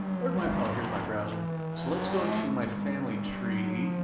where'd my, oh here's my browser. so let's go into my family tree.